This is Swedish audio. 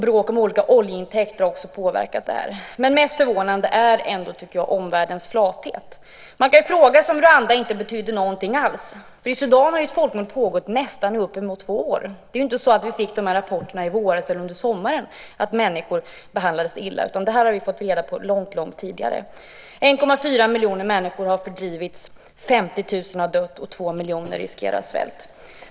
Bråk om oljeintäkter har också påverkat detta. Mest förvånande är ändå omvärldens flathet. Man kan fråga sig om Rwanda inte betydde någonting alls. I Sudan har det pågått ett folkmord i nästan två år. Det är ju inte så att vi fick dessa rapporter i våras eller under sommaren, utan att människor behandlas illa i Sudan har vi fått reda på långt tidigare. 1,4 miljoner människor har fördrivits. 50 000 människor har dött, och 2 miljoner riskerar svält.